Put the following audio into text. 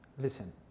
Listen